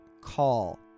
call